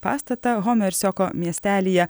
pastatą homersioko miestelyje